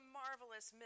marvelous